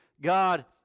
God